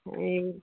এই